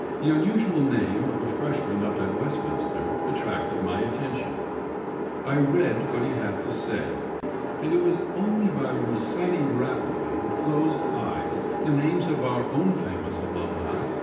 the unusual name of a freshman up at westminster attracted my attention i read what he had to say and it was only by reciting rapidly with closed eyes the names of our own famous alumni,